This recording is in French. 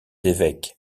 évêques